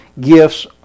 gifts